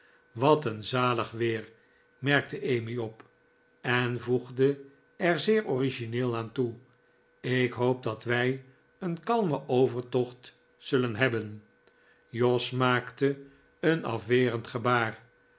wat een zalig weer merkte emmy op en voegde er zeer origineel aan toe ik hoop dat wij een kalmen overtocht zullen hebben jos maakte een afwerend gebaar